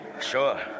Sure